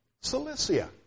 Cilicia